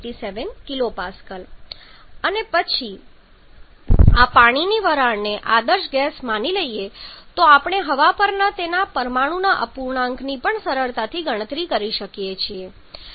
87 kPa અને પછી આ પાણીની વરાળને આદર્શ ગેસ માની લઈએ તો આપણે હવા પરના તેના પરમાણુના અપૂર્ણાંકની પણ સરળતાથી ગણતરી કરી શકીએ છીએ